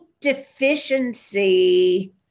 Deficiency